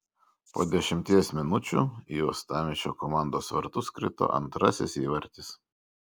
po dešimties minučių į uostamiesčio komandos vartus krito antrasis įvartis